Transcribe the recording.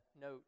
note